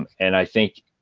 um and i think,